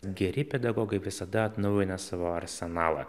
geri pedagogai visada atnaujina savo arsenalą